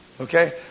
Okay